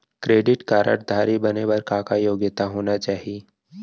Credit card धारी बने बर का का योग्यता होना चाही?